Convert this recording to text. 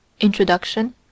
Introduction